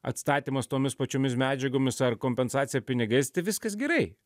atstatymas tomis pačiomis medžiagomis ar kompensacija pinigais tai viskas gerai